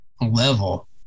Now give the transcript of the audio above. level